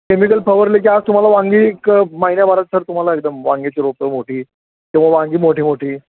chemical फवारले की आज तुम्हाला वांगी एक महिन्याभार सर तुम्हाला एकदम वांगेची रोपं मोठी किंवा वांगी मोठी मोठी